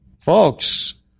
Folks